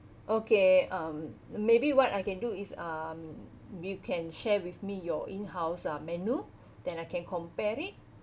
okay um maybe what I can do is um you can share with me your in house uh menu then I can compare it